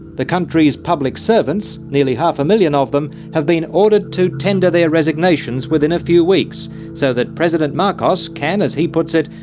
the country's public servants, nearly half a million of them, have been ordered to tender their resignations within a few weeks so that president marcos can, as he puts it,